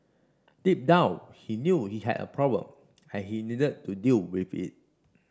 deep down he knew he had a problem and he needed to deal with it